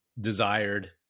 desired